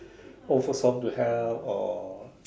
old folks home to help or